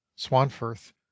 Swanfirth